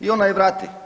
I ona je vrati.